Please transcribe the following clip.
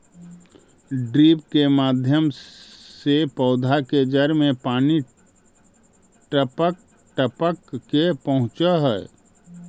drip के माध्यम से पौधा के जड़ में पानी टपक टपक के पहुँचऽ हइ